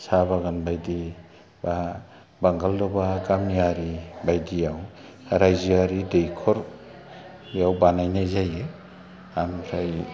साहा बागान बादि बा बांगालदबा गामियारि बायदियाव रायजोआरि दैख'र बेयाव बानायनाय जायो ओमफ्राय